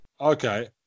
Okay